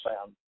sound